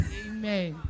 amen